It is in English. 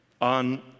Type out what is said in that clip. on